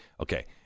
Okay